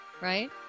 right